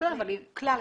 לכלל ההריונות.